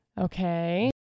Okay